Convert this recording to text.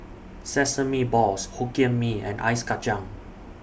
Sesame Balls Hokkien Mee and Ice Kachang